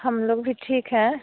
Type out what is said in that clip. हम लोग भी ठीक हैं